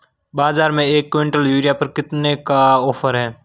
बाज़ार में एक किवंटल यूरिया पर कितने का ऑफ़र है?